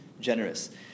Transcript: generous